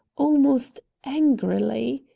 almost angrily.